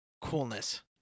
coolness